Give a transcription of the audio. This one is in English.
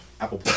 Apple